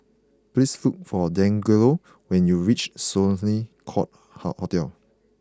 please look for Dangelo when you reach Sloane Court hot Hotel